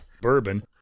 bourbon